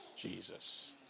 Jesus